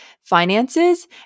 finances